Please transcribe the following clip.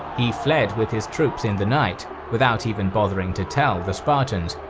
he fled with his troops in the night without even bothering to tell the spartans,